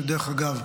שדרך אגב,